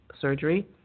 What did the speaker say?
surgery